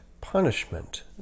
punishment